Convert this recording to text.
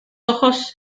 ojos